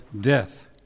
death